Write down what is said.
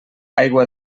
aigua